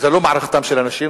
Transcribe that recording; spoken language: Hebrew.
זו לא רק מערכתן של הנשים,